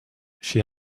she